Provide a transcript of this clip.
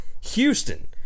Houston